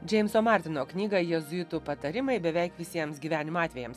džeimso martino knygą jėzuitų patarimai beveik visiems gyvenimo atvejams